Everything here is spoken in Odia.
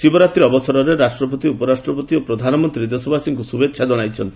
ଶିବରାତ୍ରୀ ଅବସରରେ ରାଷ୍ଟ୍ରପତି ଉପରାଷ୍ଟ୍ରପତି ଓ ପ୍ରଧାନମନ୍ତ୍ରୀ ଦେଶବାସୀଙ୍କ ଶୁଭେଚ୍ଛା ଜଣାଇଚ୍ଚନ୍ତି